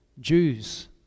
jews